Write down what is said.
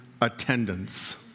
attendance